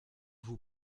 vous